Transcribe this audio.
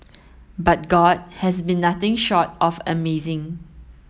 but God has been nothing short of amazing